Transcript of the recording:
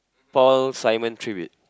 fall Simon Tribute